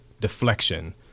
deflection